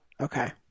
Okay